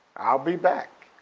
i'll be back,